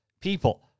People